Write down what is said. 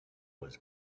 was